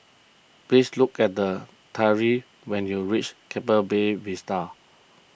please look at the Tyreek when you reach Keppel Bay Vista